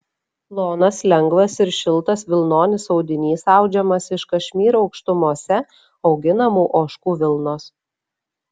plonas lengvas ir šiltas vilnonis audinys audžiamas iš kašmyro aukštumose auginamų ožkų vilnos